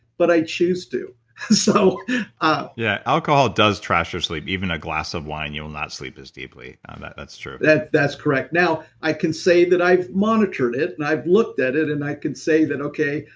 but i choose to so um yeah alcohol does thrash your sleep, even a glass of wine you will not sleep as deeply on that that's true that's that's correct. now i can say that i've monitored it, and i've looked at it, and i could say that, okay,